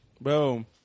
Boom